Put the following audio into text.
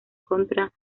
contra